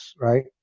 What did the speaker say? right